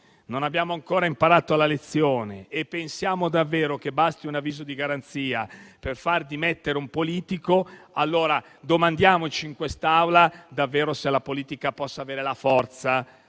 non abbiamo imparato la lezione e pensiamo davvero che basti un avviso di garanzia per far dimettere un politico, allora domandiamoci in quest'Aula se davvero la politica possa avere la forza